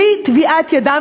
בלי טביעת ידם,